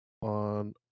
on